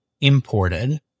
imported